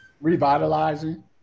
revitalizing